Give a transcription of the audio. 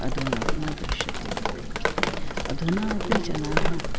अधुना न दृश्यते अधुनापि जनाः